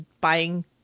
buying